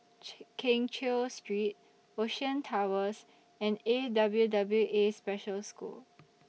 Keng Cheow Street Ocean Towers and A W W A Special School